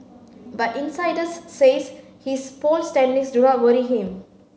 but insiders says his poll standings do not worry him